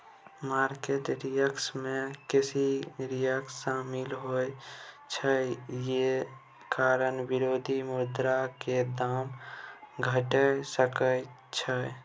market risk में currency risk शामिल होइ छइ जे कारण विदेशी मुद्रा के दाम घइट सकइ छइ